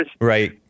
Right